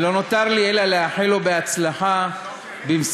ולא נותר לי אלא לאחל לו בהצלחה במשימתו.